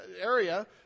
area